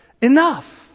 enough